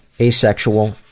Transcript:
asexual